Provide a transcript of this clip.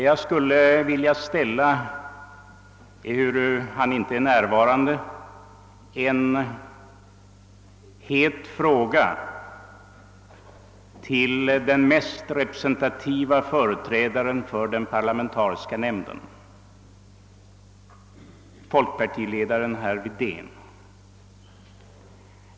Jag skulle vilja ställa — ehuru han inte är närvarande — en het fråga till den mest representative företrädaren för den parlamentariska nämnden, folkpartiledaren herr Wedén.